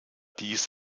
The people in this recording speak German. dies